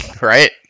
Right